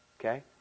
Okay